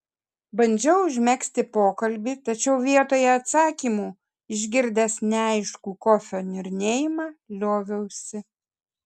bandžiau užmegzti pokalbį tačiau vietoje atsakymų išgirdęs neaiškų kofio niurnėjimą lioviausi